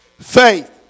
faith